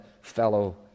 fellow